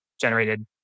generated